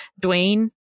Dwayne